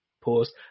pause